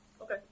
Okay